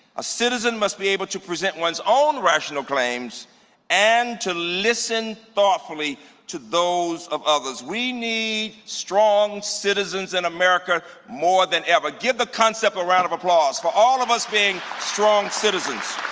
a citizen must be able to present one's own rational claims and to listen thoughtfully to those of others. we need strong citizens in america more than ever. give the concept of a round of applause for all of us being strong citizens.